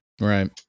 right